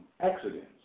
accidents